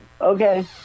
Okay